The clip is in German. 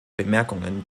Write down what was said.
bemerkungen